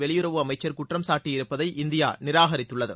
வெளியுறவு அமைச்சர் குற்றம் சாட்டியிருப்பதை இந்தியா நிராகரித்துள்ளது